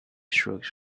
strokes